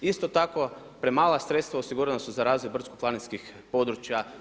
Isto tako premala sredstva osigurana su za razvoj brdsko planinskih područja,